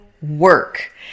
work